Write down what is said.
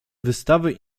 wystawy